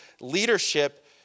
leadership